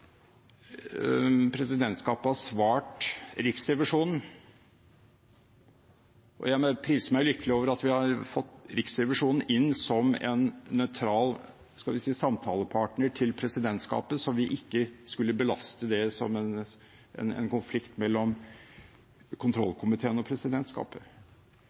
presidentskapet har svart Riksrevisjonen. Jeg priser meg lykkelig over at vi har fått Riksrevisjonen inn som en nøytral – skal vi si – samtalepartner for presidentskapet, slik at vi ikke skulle ha det som en konflikt mellom kontrollkomiteen og presidentskapet.